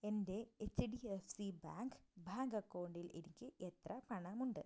എൻ്റെ H D F C bank bank അക്കൗണ്ടിൽ എനിക്ക് എത്ര പണമുണ്ട്